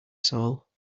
soul